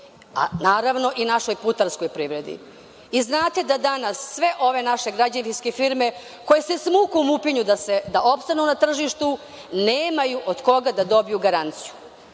a naravno i našoj putarskoj privredi. Znate da danas sve ove naše građevinske firme koje s mukom upinju da opstanu na tržištu nemaju od koga da dobiju garanciju. Strane